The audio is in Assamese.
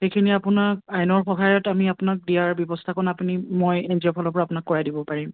সেইখিনি আপোনাক আইনৰ সহায়ত আমি আপোনাক দিয়াৰ ব্যৱস্থাকণ আপুনি মই এন জি অ'ৰ ফালৰ পৰা আপোনাক কৰাই দিব পাৰিম